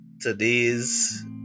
today's